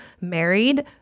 married